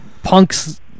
Punk's